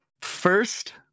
first